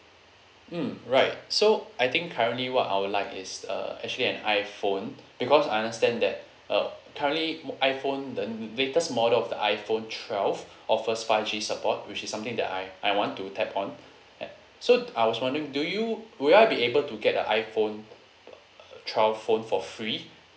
mm right so I think currently what I would like is uh actually an iphone because I understand that uh currently iphone the latest model of the iphone twelve offers five G support which is something that I I want to tap on yeah so I was wondering do you will I be able to get the iphone twelve phone for free